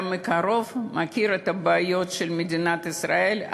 אתה מכיר מקרוב את הבעיות של מדינת ישראל,